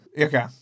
Okay